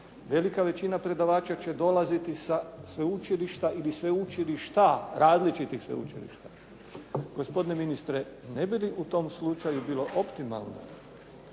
Velika većina predavača će dolaziti sa sveučilišta ili sveučilišta, različitih sveučilišta. Gospodine ministre, ne bi li u tom slučaju bilo optimalno